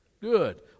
Good